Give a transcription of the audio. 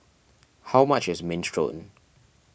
how much is Minestrone